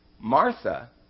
Martha